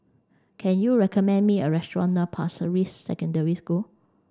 can you recommend me a restaurant near Pasir Ris Secondary School